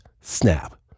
snap